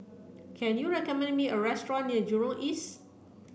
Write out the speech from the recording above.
can you recommend me a restaurant near Jurong East